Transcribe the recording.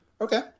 Okay